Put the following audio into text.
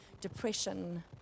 depression